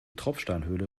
tropfsteinhöhle